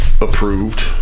approved